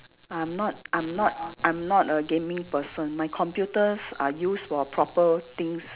I'm not I'm not I'm not a gaming person my computers are used for proper things